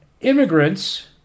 immigrants